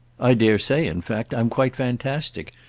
i dare say in fact i'm quite fantastic,